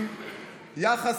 עם יחס